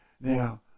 Now